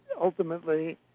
ultimately